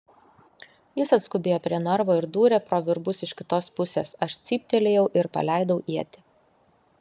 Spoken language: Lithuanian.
jis atskubėjo prie narvo ir dūrė pro virbus iš kitos pusės aš cyptelėjau ir paleidau ietį